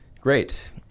Great